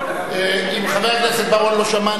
אם חבר הכנסת בר-און לא שמע,